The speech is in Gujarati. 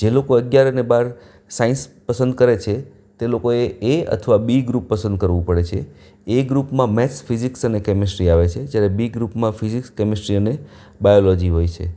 જે લોકો અગિયાર અને બાર સાયન્સ પસંદ કરે છે તે લોકોએ એ અથવા બી ગ્રુપ પસંદ કરવું પડે છે એ ગ્રૂપમાં મેથ્સ ફિઝિક્સ અને કેમેસ્ટ્રી આવે છે જ્યારે બી ગ્રૂપમાં ફિઝિક્સ કેમેસ્ટ્રી અને બાયોલોજી હોય છે